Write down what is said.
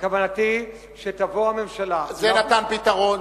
זה נתן פתרון,